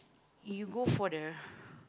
you go for the